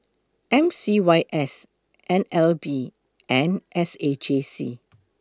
M C Y S N L B and S A J C